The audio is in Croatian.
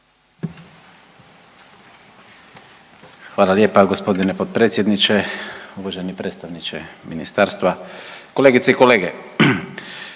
Hvala lijepa g. potpredsjedniče, uvaženi predstavniče ministarstva, kolegice i kolege.